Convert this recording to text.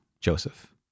Joseph